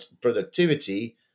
productivity